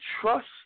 trust